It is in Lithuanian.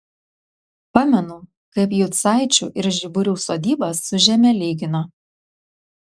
pamenu kaip jucaičių ir žiburių sodybas su žeme lygino